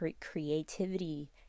creativity